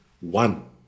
one